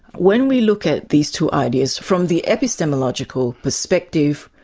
when we look at these two ideas, from the epistemological perspective,